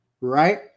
right